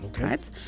Right